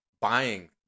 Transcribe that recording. buying